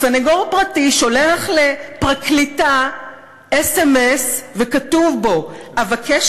סנגור פרטי שולח לפרקליטה סמ"ס וכתוב בו: "אבקש